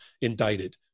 indicted